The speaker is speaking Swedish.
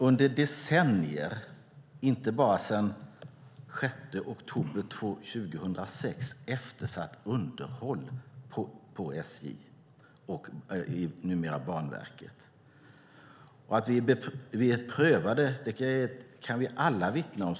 Under decennier, inte bara sedan den 6 oktober 2006, har vi ett eftersatt underhåll på SJ och Banverket. Att vi är prövade kan vi alla vittna om.